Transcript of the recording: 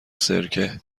سرکه